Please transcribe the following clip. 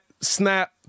snap